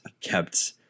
kept